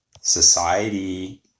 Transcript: Society